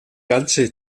ganze